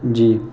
جی